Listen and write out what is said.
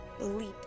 leap